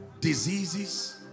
diseases